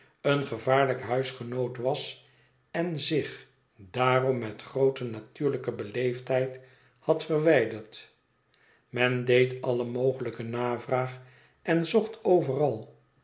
een gevaarlijk huisgenoot was en zich daarom met groote natuurlijke beleefdheid had verwijderd men deed alle mogelijke navraag en zocht overal